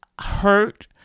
hurt